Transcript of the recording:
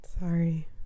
Sorry